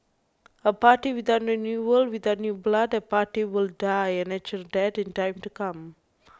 a party without renewal without new blood a party will die a natural death in time to come